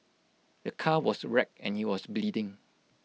the car was wrecked and he was bleeding